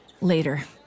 Later